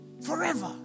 Forever